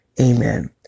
Amen